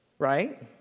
Right